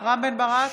רם בן ברק,